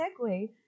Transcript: segue